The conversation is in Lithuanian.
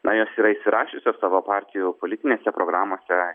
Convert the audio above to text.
na jos yra įsirašiusios savo partijų politinėse programose